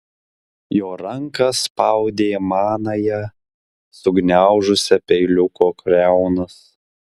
jo ranka spaudė manąją sugniaužusią peiliuko kriaunas